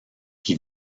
qui